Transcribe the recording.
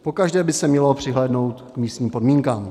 Pokaždé by se mělo přihlédnout k místním podmínkám.